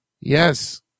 Yes